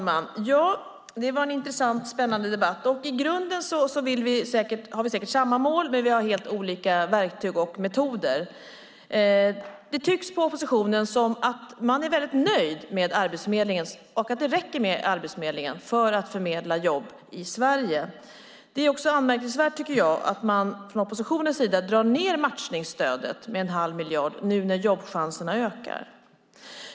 Fru talman! Detta var en intressant och spännande debatt. I grunden har vi säkert samma mål, men vi har helt olika verktyg och metoder. Det tycks på oppositionen som om man är väldigt nöjd med Arbetsförmedlingen och anser att det räcker med Arbetsförmedlingen för att förmedla jobb i Sverige. Det är också anmärkningsvärt att man från oppositionens sida vill dra ned matchningsstödet nu när jobbchanserna ökar.